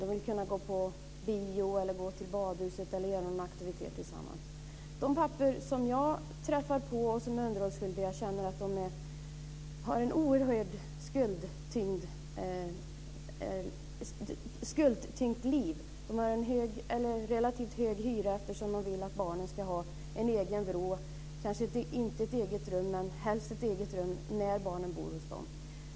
De vill kunna gå på bio, gå till badhuset eller göra någon annan aktivitet tillsammans. De pappor som jag träffar och som är underhållsskyldiga känner att de har ett oerhört skuldtyngt liv. De har en relativt hög hyra, eftersom de vill att barnen ska ha en egen vrå, kanske inte ett eget rum, men helst ett eget rum när de bor hos dem.